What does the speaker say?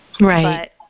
Right